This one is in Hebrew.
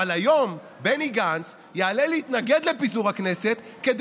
אבל היום בני גנץ יעלה להתנגד לפיזור הכנסת כדי